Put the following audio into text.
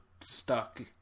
stuck